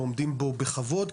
ועומדים בו בכבוד,